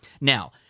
Now